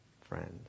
friend